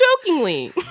jokingly